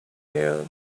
here